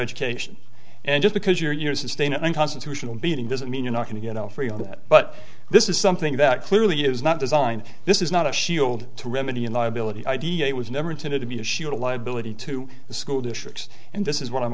education and just because you're sustain an unconstitutional beating doesn't mean you're not going to get all three of that but this is something that clearly is not designed this is not a shield to remedy in liability idea it was never intended to be a shoot a liability to the school districts and this is what i'm